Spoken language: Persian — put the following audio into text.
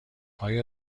آیا